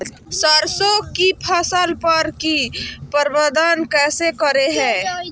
सरसों की फसल पर की प्रबंधन कैसे करें हैय?